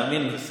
תאמין לי.